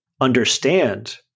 understand